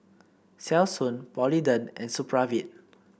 Selsun Polident and Supravit